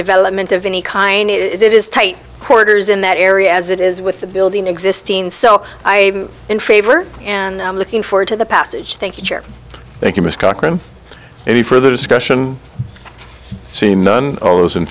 development of any kind it is it is tight quarters in that area as it is with the building existing so i'm in favor and i'm looking forward to the passage thank you thank you mister any further discussion see none of those in